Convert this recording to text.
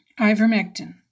Ivermectin